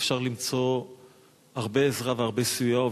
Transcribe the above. ואפשר למצוא הרבה עזרה והרבה סיוע.